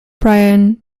brian